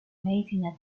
medicina